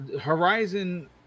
Horizon